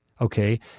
Okay